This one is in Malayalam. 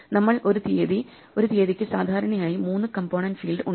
നമ്മൾ ഒരു തിയതി ഒരു തീയതിക്ക് സാധാരണയായി മൂന്നു കംപോണന്റ് ഫീൽഡ് ഉണ്ട്